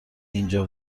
اینجا